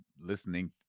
listening